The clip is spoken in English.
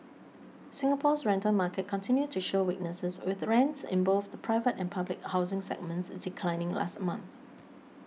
Singapore's rental market continued to show weakness with rents in both the private and public housing segments declining last month